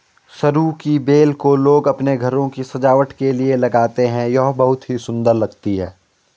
सरू की बेल को लोग अपने घरों की सजावट के लिए लगाते हैं यह बहुत ही सुंदर लगती है